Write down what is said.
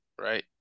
right